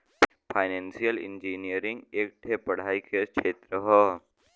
financial engineering एक ठे पढ़ाई के क्षेत्र हौ